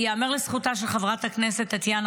ייאמר לזכותה של חברת הכנסת טטיאנה